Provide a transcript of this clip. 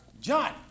John